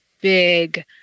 big